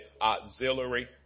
auxiliary